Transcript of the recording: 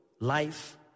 Life